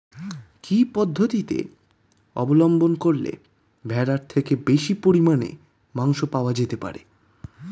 কি পদ্ধতিতে অবলম্বন করলে ভেড়ার থেকে বেশি পরিমাণে মাংস পাওয়া যেতে পারে?